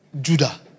Judah